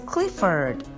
Clifford